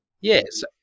Yes